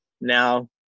now